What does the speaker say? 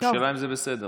זה בסדר